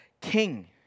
king